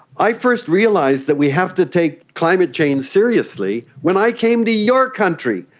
i first realised that we have to take climate change seriously when i came to your country.